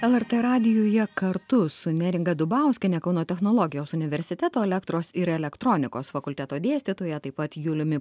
lrt radijuje kartu su neringa dubauskiene kauno technologijos universiteto elektros ir elektronikos fakulteto dėstytoja taip pat juliumi